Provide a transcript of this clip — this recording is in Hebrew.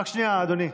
רק שנייה, אדוני.